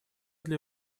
для